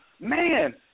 man